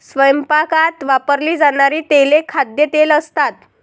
स्वयंपाकात वापरली जाणारी तेले खाद्यतेल असतात